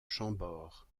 chambord